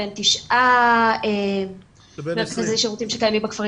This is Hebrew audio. בין תשעה מרכזי שירותים שקיימים בכפרים